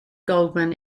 goldman